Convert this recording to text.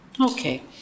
Okay